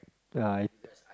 uh I